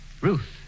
Ruth